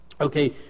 Okay